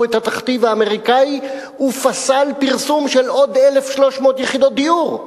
את התכתיב האמריקני ופסל פרסום של עוד 1,300 יחידות דיור.